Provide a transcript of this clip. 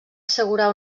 assegurar